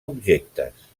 objectes